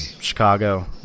Chicago